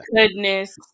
goodness